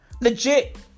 Legit